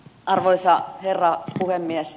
arvoisa herra puhemies